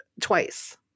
twice